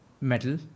metal